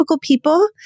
people